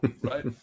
Right